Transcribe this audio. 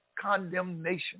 condemnation